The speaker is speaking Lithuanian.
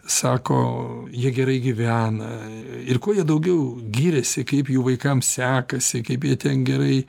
sako jie gerai gyvena ir kuo jie daugiau giriasi kaip jų vaikam sekasi kaip jie ten gerai